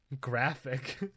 Graphic